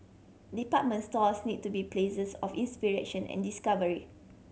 department stores need to be places of inspiration and discovery